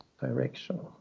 direction